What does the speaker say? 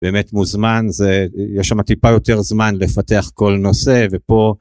באמת מוזמן, יש שם טיפה יותר זמן לפתח כל נושא, ופה